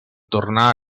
tornar